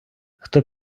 хто